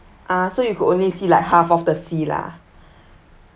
ah so you could only see like half of the sea lah